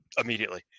immediately